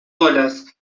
olas